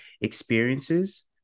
experiences